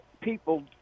people